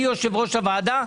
אני יושב ראש הוועדה,